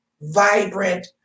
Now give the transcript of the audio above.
vibrant